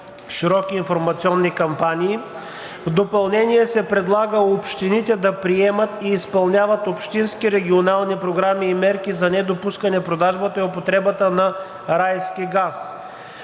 широки информационни кампании. В допълнение се предлага общините да приемат и изпълняват общински регионални програми и мерки за недопускането на продажбата и употребата на райски газ.